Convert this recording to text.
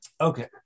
Okay